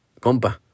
Compa